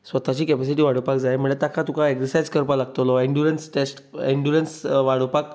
स्वताची कॅपिसिटी वाडोवपाक जाय म्हणल्यार ताका तुका एक्सरजायज करपाक लागतलो एंडुरंस टेस्ट एंडुरंस वाडोवपाक